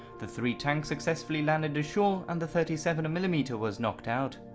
the three tanks successfully landed ashore and the thirty seven mm um but was knocked out.